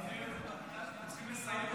קודם כול סכסכת, אבל עושים את זה בקריאה השנייה